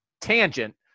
tangent